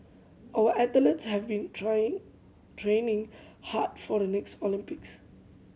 our athletes have been trying training hard for the next Olympics